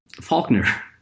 Faulkner